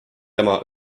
tema